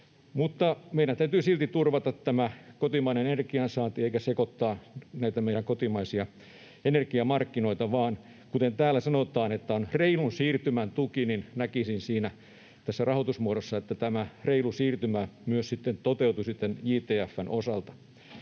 meidän täytyy silti turvata tämä kotimainen energiansaanti eikä sekoittaa näitä meidän kotimaisia energiamarkkinoita. Kuten täällä sanotaan, että on reilun siirtymän tuki, niin näkisin, että tässä rahoitusmuodossa tämä reilu siirtymä myös sitten toteutuisi tämän JTF:n osalta.